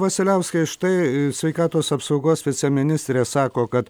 vasiliauskai štai sveikatos apsaugos viceministrė sako kad